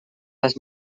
les